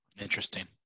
Interesting